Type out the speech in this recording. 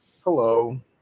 hello